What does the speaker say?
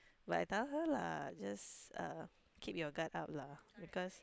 but I tell her lah just keep your gut out lah